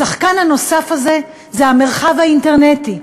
השחקן הנוסף הזה זה המרחב האינטרנטי,